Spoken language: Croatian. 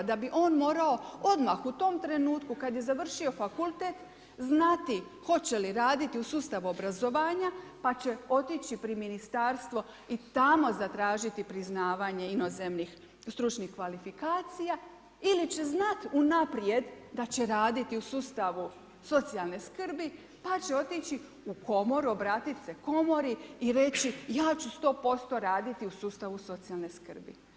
Da bi on morao odmah u tom trenutku kada je završio fakultet znati hoće li raditi u sustavu obrazovanja, pa će otići pri ministarstvo i tamo zatražiti priznavanje inozemnih stručnih kvalifikacija ili će znati unaprijed da će raditi u sustavu socijalne skrbi, pa će otići u komoru, obratiti se komori i reći ja ću 100% raditi u sustavu socijalne skrbi.